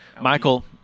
Michael